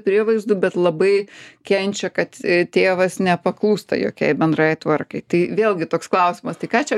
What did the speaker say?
prievaizdu bet labai kenčia kad tėvas nepaklūsta jokiai bendrajai tvarkai tai vėlgi toks klausimas tai ką čia